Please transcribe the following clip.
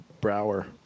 Brower